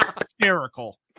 hysterical